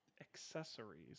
Accessories